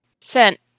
sent